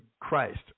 Christ